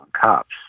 cops